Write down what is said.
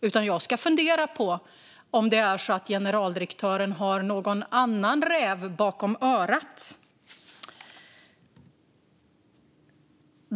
Ska jag i stället fundera på om det är så att generaldirektören har någon annan räv bakom örat?